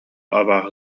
абааһы